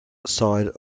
side